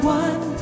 one